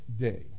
day